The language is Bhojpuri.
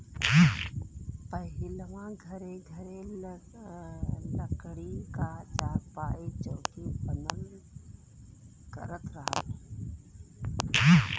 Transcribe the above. पहिलवां घरे घरे लकड़ी क चारपाई, चौकी बनल करत रहल